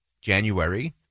January